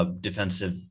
defensive